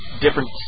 different